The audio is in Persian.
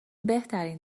بهترین